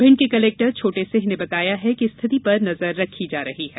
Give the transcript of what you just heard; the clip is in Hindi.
भिंड के कलेक्टर छोटे सिंह ने बताया कि स्थिति पर नजर रखी जा रही है